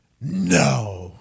No